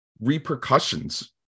repercussions